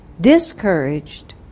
discouraged